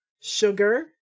Sugar